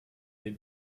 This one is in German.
wir